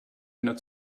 einer